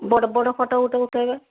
ବଡ଼୍ ବଡ଼ ଫୋଟୋ ଗୁଟେ ଉଠେଇବେ